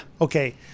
Okay